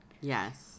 yes